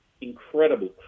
incredible